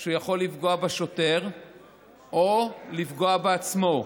והוא יכול לפגוע בשוטר או לפגוע בעצמו.